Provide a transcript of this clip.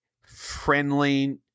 friendly